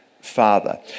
father